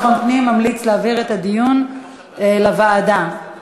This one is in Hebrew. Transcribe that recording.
ציינתי עובדה, זה הכול, תעשי אתה מה שאת רוצה.